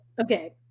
Okay